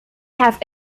have